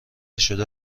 شده